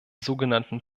sogenannten